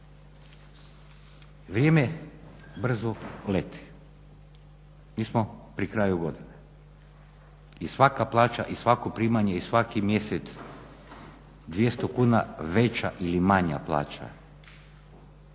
Vrijeme brzo leti. Mi smo pri kraju godine i svaka plaća i svako primanje i svaki mjesec 200 kuna veća ili manja plaća.